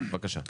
בבקשה.